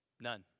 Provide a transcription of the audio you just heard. None